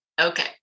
okay